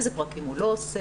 אילו פרקים הוא לא עושה,